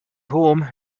home